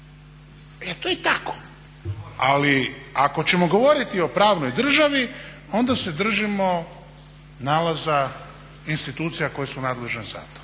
E to je tako. Ali ako ćemo govoriti o pravnoj državi onda se držimo nalaza institucija koje su nadležne za to.